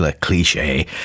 Cliche